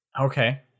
Okay